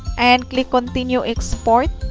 and click continue export.